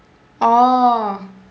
oh